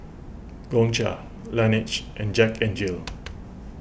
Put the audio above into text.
Gongcha Laneige and Jack N Jill